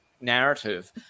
narrative